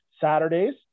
Saturdays